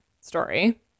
story